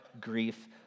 grief